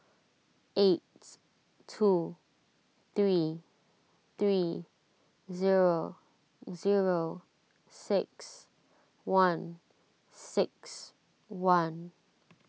eight two three three zero zero six one six one